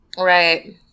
Right